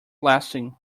lasting